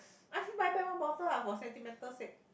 ask him buy back one bottle lah for sentimental sake